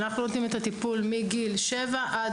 אנחנו נותנים את הטיפול מגיל שבע עד